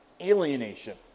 alienation